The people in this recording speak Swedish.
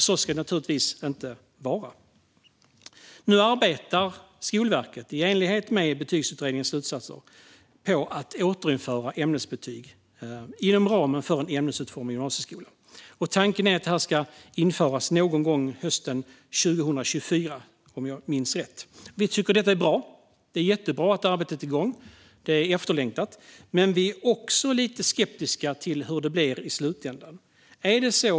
Så ska det naturligtvis inte vara. I enlighet med Betygsutredningens slutsatser arbetar Skolverket nu på att återinföra ämnesbetyg inom ramen för en ämnesutformad gymnasieskola. Tanken är att detta ska införas någon gång under hösten 2024, om jag minns rätt. Vi tycker att detta är bra. Det är jättebra att arbetet är igång. Det är efterlängtat. Men vi är lite skeptiska till hur det blir i slutändan.